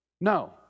No